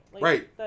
Right